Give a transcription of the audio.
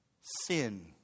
Sin